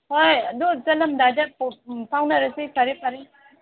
ꯍꯣꯏ ꯑꯗꯨ ꯆꯠꯂꯝꯗꯥꯏꯗ ꯄꯥꯎ ꯐꯥꯎꯅꯔꯁꯤ ꯐꯔꯦ ꯐꯔꯦ